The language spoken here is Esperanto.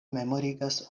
memorigas